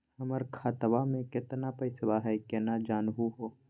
हमर खतवा मे केतना पैसवा हई, केना जानहु हो?